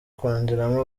kongeramo